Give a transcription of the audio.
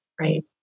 Right